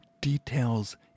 details